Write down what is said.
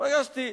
פגשתי,